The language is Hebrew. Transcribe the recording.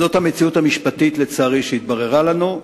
זאת המציאות המשפטית שהתבררה לנו.